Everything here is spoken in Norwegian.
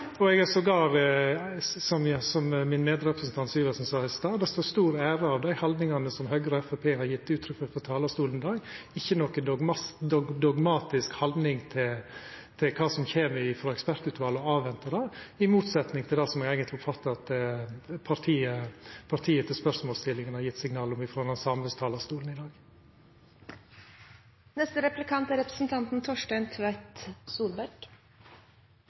Som min medrepresentant Syversen sa i stad: Det står stor ære av dei haldningane som Høgre og Framstegspartiet har gjeve uttrykk for frå talarstolen i dag; ikkje å ha nokon dogmatisk haldning til kva som kjem frå ekspertutvalet, og venta på det – i motsetning til det som eg oppfattar at partiet til spørsmålsstillaren eigentleg har gjeve signal om frå den same talarstolen i